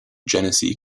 genesee